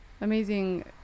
amazing